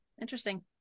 Interesting